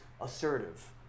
assertive